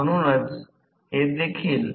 आता हे थेवेनिन समकक्ष आहे